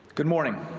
good morning.